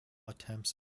attempts